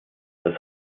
dass